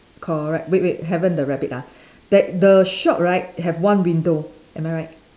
correct wait wait haven't the rabbit ah that the shop right have one window am I right